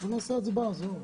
אותנו מחוץ לוועדה החשובה הזו.